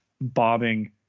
bobbing